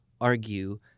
argue